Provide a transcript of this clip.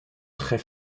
très